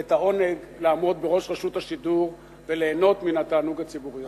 את העונג לעמוד בראש רשות השידור וליהנות מן התענוג הציבורי הזה.